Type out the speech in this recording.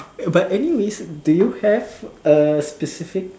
but anyways do you have a specific